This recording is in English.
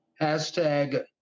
hashtag